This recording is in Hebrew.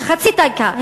חצי דקה,